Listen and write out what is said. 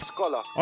Scholar